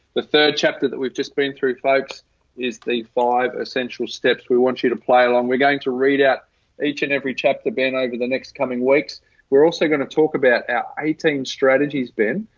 the third chapter that we've just been through folks is the five essential steps we want you to play along. we're going to read out each and every chapter, ben, over the next coming weeks we're also going to talk about our eighteen strategies been,